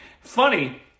Funny